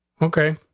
okay,